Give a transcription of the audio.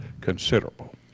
considerable